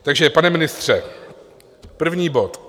Takže pane ministře, první bod.